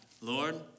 Lord